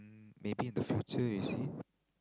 mm maybe in the future you see